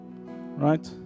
right